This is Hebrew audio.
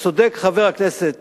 וצודק חבר הכנסת